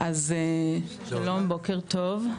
שלום, בוקר טוב.